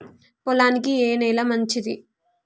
పొలానికి ఏ నేల మంచిది?